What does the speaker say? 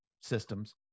systems